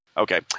Okay